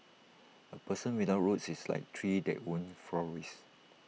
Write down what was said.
A person without roots is like tree that won't flourish